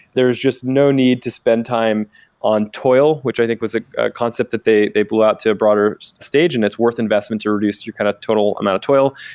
there is just no need to spend time on toil, which i think was a concept that they they blew out to a broader stage and it's worth the investment to reduce your kind of total amount of toil.